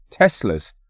Teslas